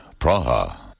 Praha